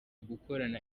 gukorana